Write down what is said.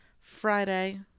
Friday